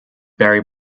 barry